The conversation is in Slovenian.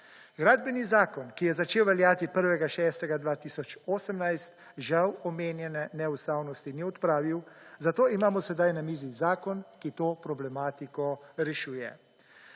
Gradbeni zakon, ki je začel veljati 1. 6. 2018 žal omenjene neustavnosti ni odpravil, zato imamo sedaj na mizi zakon, ki to problematiko rešuje.